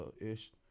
ish